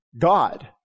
God